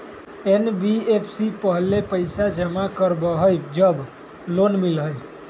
NBFC पहले पईसा जमा करवहई जब लोन मिलहई?